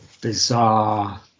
bizarre